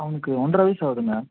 அவனுக்கு ஒன்ரை வயசாகுதுங்க